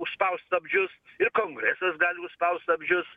užspaust stabdžius ir kongresas gali nuspaust stabdžius